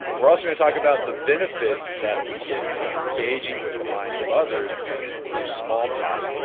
are also going to talk about the benefits that we get from engaging with the minds of others through small talk.